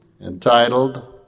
entitled